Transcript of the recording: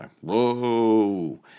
Whoa